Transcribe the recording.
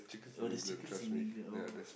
oh there's chickens in England oh